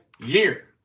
year